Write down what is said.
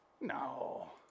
No